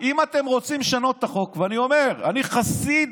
לא לקחת